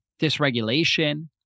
dysregulation